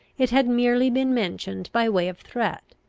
it had merely been mentioned by way of threat,